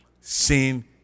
Sin